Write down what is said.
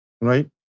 right